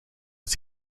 het